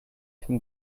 can